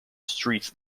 streets